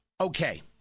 Okay